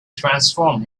transformed